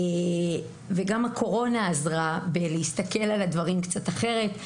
וגם הקורונה עזרה בלהסתכל על הדברים קצת אחרת.